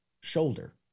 shoulder